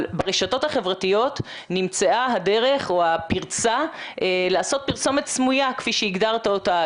אבל ברשתות החברתיות נמצאה הפרצה לעשות פרסומת סמויה כפי שהגדרת אותה,